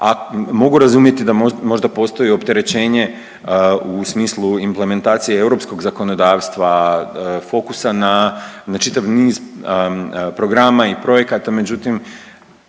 mogu razumjeti da možda postoji opterećenje u smislu implementacije europskog zakonodavstva, fokusa na, na čitav niz programa i projekata, međutim